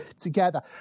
together